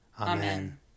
Amen